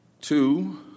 Two